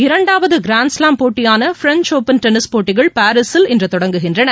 இரண்டாவது கிராண்ட்ஸ்லாம் போட்டியான French Open tennis போட்டிகள் பாரீஸில் இன்று மாலை தொடங்குகின்றன